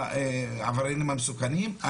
העבריינים המסוכנים,